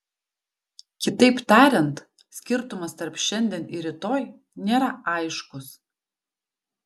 kitaip tariant skirtumas tarp šiandien ir rytoj nėra aiškus